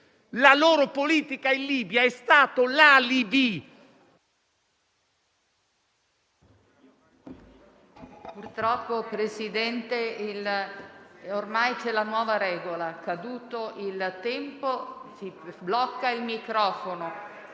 La loro politica in Libia è stata l'alibi...